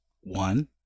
one